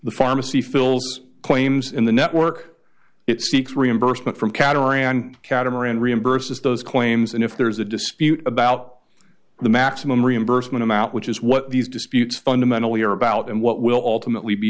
the pharmacy fills claims in the network it seeks reimbursement from category on catamaran reimburses those claims and if there is a dispute about the maximum reimbursement amount which is what these disputes fundamentally are about and what will ultimately be